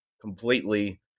completely